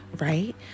right